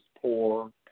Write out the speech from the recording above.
poor